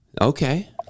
Okay